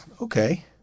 okay